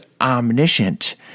omniscient